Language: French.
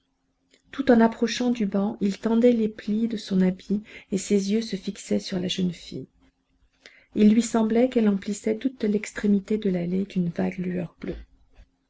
tout en approchant du banc il tendait les plis de son habit et ses yeux se fixaient sur la jeune fille il lui semblait qu'elle emplissait toute l'extrémité de l'allée d'une vague lueur bleue